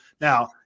now